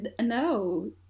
No